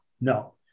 No